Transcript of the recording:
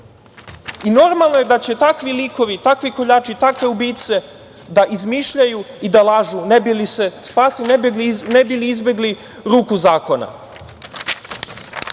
i normalno je da će takvi likovi, takvi koljači, takve ubice da izmišljaju i da lažu ne bi li izbegli ruku zakona,